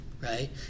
right